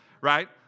right